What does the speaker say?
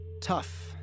tough